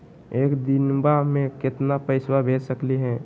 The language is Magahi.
एक दिनवा मे केतना पैसवा भेज सकली हे?